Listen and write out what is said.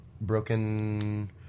broken